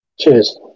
Cheers